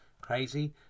crazy